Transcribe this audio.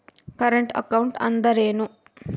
Current account ಅಂದರೇನು?